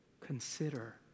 Consider